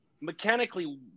Mechanically